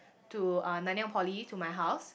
to uh Nanyang-Poly to my house